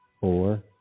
four